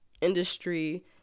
industry